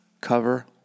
cover